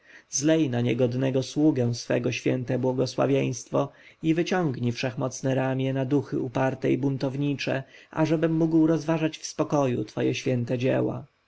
zlej na niegodnego sługę swoje święte błogosławieństwo i wyciągnij wszechmocne ramię na duchy uparte i buntownicze ażebym mógł rozważać w spokoju twoje święte dzieła